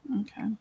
Okay